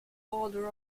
border